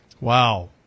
Wow